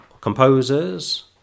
composers